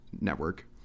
Network